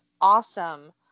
awesome